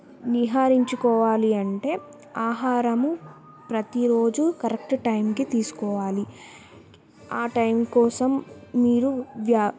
నియంత్రించుకోవాలి అంటే ఆహారము ప్రతీ రోజూ కరెక్ట్ టైంకి తీసుకోవాలి ఆ టైం కోసం మీరు వ్యా